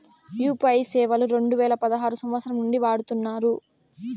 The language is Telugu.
యూ.పీ.ఐ సేవలు రెండు వేల పదహారు సంవచ్చరం నుండి వాడుతున్నారు